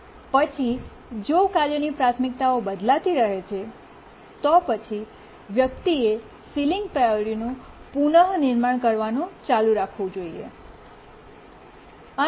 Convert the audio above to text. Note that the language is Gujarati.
પછી જો કાર્યોની પ્રાથમિકતાઓ બદલાતી રહે છે તો પછી વ્યક્તિએ સીલીંગ પ્રાયોરિટીનું પુનર્નિર્માણ કરવાનું ચાલુ રાખવું જોઈએ